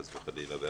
חס וחלילה,